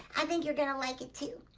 i think you're going to like it, too.